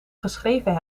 geschreven